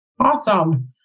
Awesome